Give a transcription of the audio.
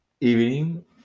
evening